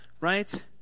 right